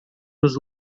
nos